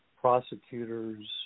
prosecutors